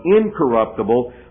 incorruptible